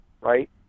right